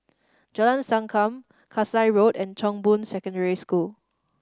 Jalan Sankam Kasai Road and Chong Boon Secondary School